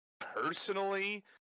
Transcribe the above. personally